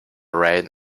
red